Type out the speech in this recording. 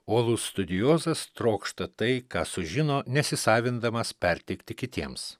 uolus studijuozas trokšta tai ką sužino nesisavindamas perteikti kitiems